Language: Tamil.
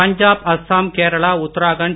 பஞ்சாப் அஸ்ஸாம் கேரளா உத்தராகண்ட்